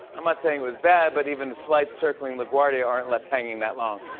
i'm not saying it was bad, but even flights circling laguardia aren't left hanging that long.